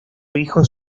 hijos